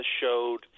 showed